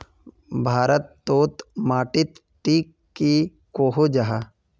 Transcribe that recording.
भारत तोत माटित टिक की कोहो जाहा?